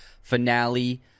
finale